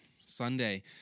Sunday